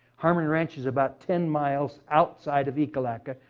harmon ranch is about ten miles outside of ekalaka,